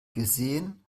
gesehen